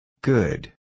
Good